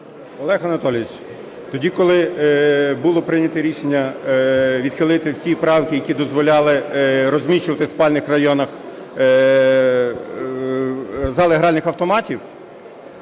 Олег Анатолійович, тоді, коли було прийнято рішення відхилити всі правки, які дозволяли розміщувати в спальних районах зали гральних автоматів,